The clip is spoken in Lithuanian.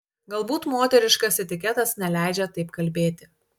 galbūt moteriškas etiketas neleidžia taip kalbėti